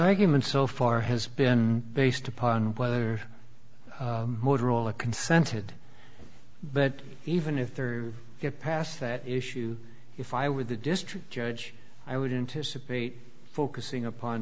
arguments so far has been based upon whether motorola consented but even if they get past that issue if i were the district judge i wouldn't be focusing upon